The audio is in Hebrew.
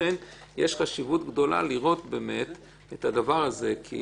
לכן יש חשיבות גדולה לראות את הדבר הזה כי